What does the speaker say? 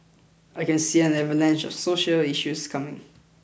I can see an avalanche of social issues coming